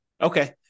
Okay